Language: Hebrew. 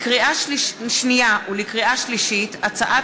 לקריאה שנייה ולקריאה שלישית: הצעת